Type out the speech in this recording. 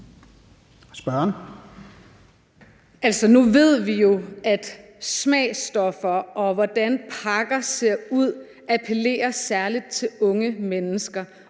nu ved vi jo, at smagsstoffer og hvordan pakker ser ud, appellerer særlig til unge mennesker.